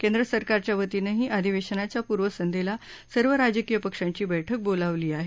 केंद्र सरकारच्या वतीनंही अधिवेशनाच्या पूर्वसंध्येला सर्व राजकीय पक्षांची बैठक बोलावली आहे